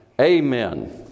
Amen